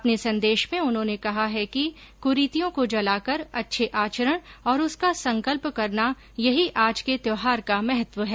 अपने संदेश में उन्होंने कहा है कि कुरीतियों को जलाकर अच्छे आचरण और उसका संकल्प करना यही आज के त्यौहार का महत्व है